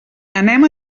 anem